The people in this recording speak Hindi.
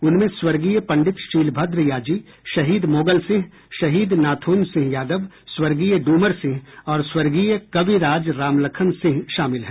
उनमें स्वर्गीय पंडित शीलभद्र याजी शहीद मोगल सिंह शहीद नाथ्रन सिंह यादव स्वर्गीय डूमर सिंह और स्वर्गीय कविराज रामलखन सिंह शामिल हैं